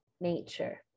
nature